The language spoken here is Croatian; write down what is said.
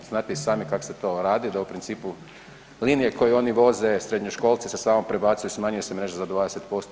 Znate i sami kako se to radi da u principu linije koje oni voze srednjoškolce se samo prebacuje, smanjuje se mreža za 20%